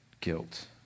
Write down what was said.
guilt